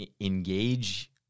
engage